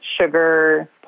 sugar